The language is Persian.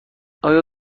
آیا